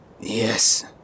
Yes